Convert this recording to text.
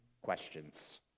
questions